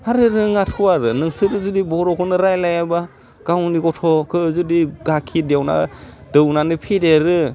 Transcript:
हारे रोङाथ' आरो नोंसोर जुदि बर'खौनो रायलाइयाबा गावनि गथ'खो जुदि गाखिर दौना दौनानै फेदेरो